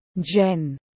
Jen